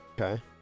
Okay